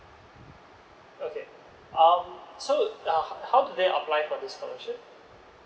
okay um so how do they apply for the scholarship